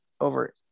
over